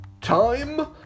Time